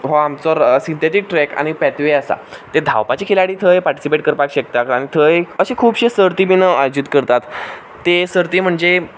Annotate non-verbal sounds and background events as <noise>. हो आमचो synthetic track आनी <unintelligible> आसा तर धांवपाचे खिलाडी थंय पार्टिसिपेट करपाक शकता आनी थंय अशे खुबश्यो सर्ती बीन आयोजीत करतात ते सर्ती म्हणजे